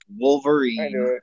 Wolverine